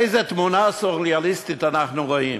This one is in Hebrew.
איזו תמונה סוריאליסטית אנחנו רואים?